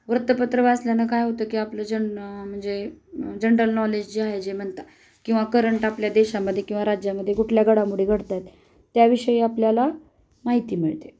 वृत्तपत्र वाचल्यानं काय होतं की आपलं जन म्हणजे जनरल नॉलेज जे आहे जे म्हणतात किंवा करंट आपल्या देशामध्ये किंवा राज्यामध्ये कुठल्या घडामोडी घडत आहेत त्याविषयी आपल्याला माहिती मिळते